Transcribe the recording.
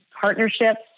partnerships